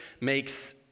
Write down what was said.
makes